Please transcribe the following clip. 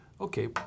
Okay